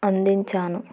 అందించాను